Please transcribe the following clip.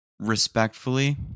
respectfully